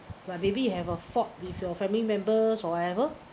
but maybe you have a fought with your family members or whatever